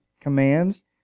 commands